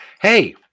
Hey